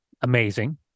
amazing